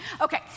Okay